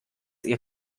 ihr